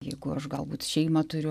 jeigu aš galbūt šeimą turiu